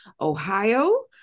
Ohio